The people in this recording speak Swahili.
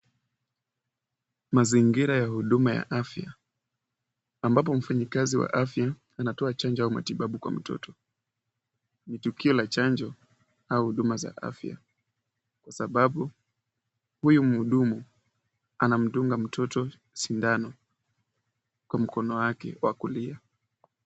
Mazingira ya huduma ya afya, ambapo mfanyikazi wa afya anatoa chanjo ya matibabu kwa mtoto. Ni tukio la chanjo au huduma za afya kwa sababu huyu mhudumu anamdunga mtoto sindano kwa mkono wake wa kulia.